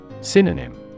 Synonym